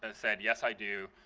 ah said, yes, i do,